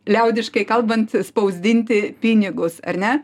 liaudiškai kalbant spausdinti pinigus ar ne